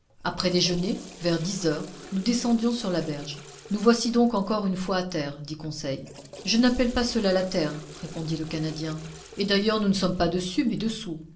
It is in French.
après déjeuner vers dix heures nous descendions sur la berge nous voici donc encore une fois à terre dit conseil je n'appelle pas cela la terre répondit le canadien et d'ailleurs nous ne sommes pas dessus mais dessous